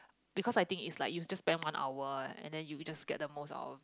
because I think is like you just spend one hour eh and then you just scat the most out of it